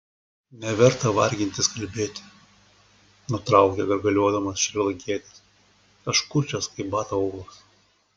neverta vargintis kalbėti nutraukė gargaliuodamas šrilankietis aš kurčias kaip bato aulas